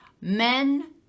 men